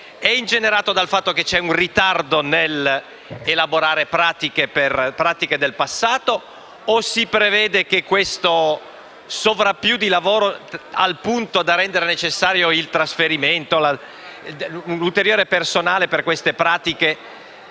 è ingenerata dal fatto che vi è un ritardo nell'elaborare pratiche del passato o si prevede che vi sia un sovrappiù di lavoro, al punto da rendere necessario il trasferimento di ulteriore personale per queste pratiche,